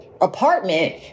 apartment